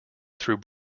through